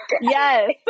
Yes